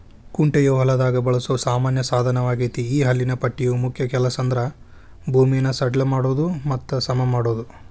ಕುಂಟೆಯು ಹೊಲದಾಗ ಬಳಸೋ ಸಾಮಾನ್ಯ ಸಾದನವಗೇತಿ ಈ ಹಲ್ಲಿನ ಪಟ್ಟಿಯ ಮುಖ್ಯ ಕೆಲಸಂದ್ರ ಭೂಮಿನ ಸಡ್ಲ ಮಾಡೋದು ಮತ್ತ ಸಮಮಾಡೋದು